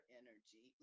energy